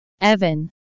Evan